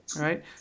right